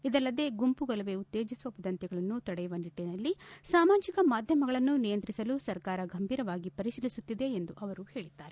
ಇದಲ್ಲದೆ ಗುಂಪು ಗಲಭೆ ಉತ್ತೇಜಿಸುವ ವದಂತಿಗಳನ್ನು ತಡೆಯುವ ನಿಟ್ಟಿನಲ್ಲಿ ಸಾಮಾಜಿಕ ಮಾಧ್ಯಮಗಳನ್ನು ನಿಯಂತ್ರಿಸಲು ಸರ್ಕಾರ ಗಂಭೀರವಾಗಿ ಪರಿಶೀಲಿಸುತ್ತಿದೆ ಎಂದು ಅವರು ಹೇಳಿದ್ದಾರೆ